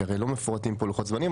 כי הרי לא מפורטים פה לוחות זמנים.